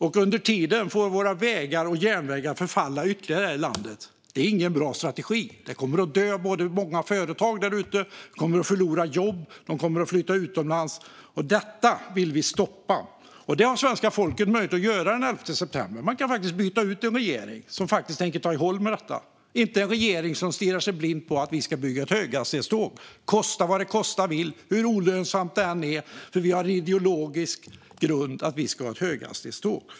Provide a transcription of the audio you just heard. Och under tiden får våra vägar och järnvägar här i landet förfalla ytterligare. Det är ingen bra strategi. Många företag där ute kommer att dö, många jobb kommer att försvinna och företag kommer att flytta utomlands. Detta vill vi stoppa, och det kan svenska folket göra den 11 september. Det går faktiskt att byta ut en regering och få en regering som tänker ta itu med detta i stället för en regering som stirrar sig blind på att bygga höghastighetståg kosta vad det kosta vill, hur olönsamt det än är, för att man har en ideologisk grund som säger att man ska ha höghastighetståg.